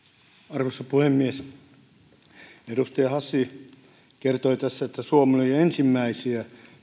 puhemies edustaja hassi kertoi tässä että suomi oli ensimmäisiä